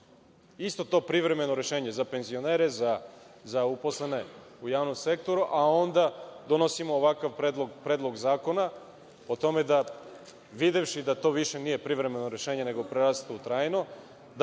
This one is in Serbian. Isto to privremeno rešenje za penzionere, za uposlene u javnom sektoru, a onda donosimo ovakav predlog zakona o tome da videvši da to više nije privremeno rešenje, nego prerasta u trajno,